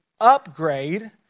upgrade